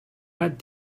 what